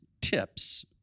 tips